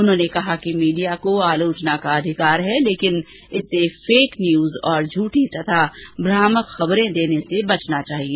उन्होंने कहा कि मीडिया को आलोचना का अधिकार है लेकिन इसे फेक न्यूज और झूठी तथा भ्रामक खबरें देने से बचना चाहिए